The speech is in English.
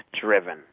driven